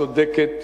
צודקת,